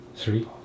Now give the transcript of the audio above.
Three